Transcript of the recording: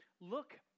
Look